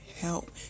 help